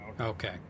Okay